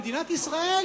במדינת ישראל,